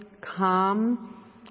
calm